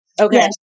Okay